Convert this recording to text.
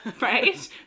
Right